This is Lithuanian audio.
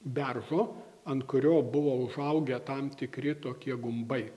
beržo ant kurio buvo užaugę tam tikri tokie gumbai